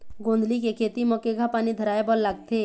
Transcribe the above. गोंदली के खेती म केघा पानी धराए बर लागथे?